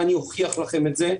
ואני אוכיח לכם את זה,